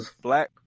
black